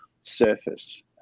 surface